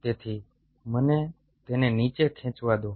તેથી મને તેને નીચે ખેંચવા દો